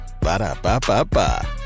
Ba-da-ba-ba-ba